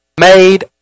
made